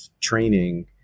training